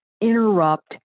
interrupt